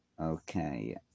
Okay